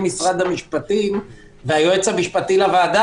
משרד המשפטים והיועץ המשפטי לוועדה,